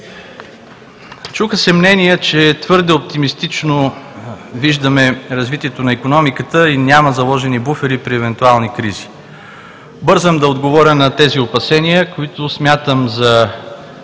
Чуха се мнения, че твърде оптимистично виждаме развитието на икономиката и няма заложени буфери при евентуални кризи. Бързам да отговоря на тези опасения, които смятам за